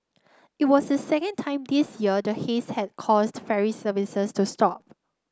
it was the second time this year the haze had caused ferry services to stop